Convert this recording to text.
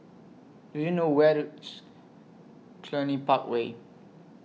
Do YOU know Where IS Cluny Park Way